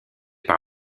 par